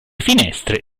finestre